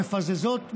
מפזזות,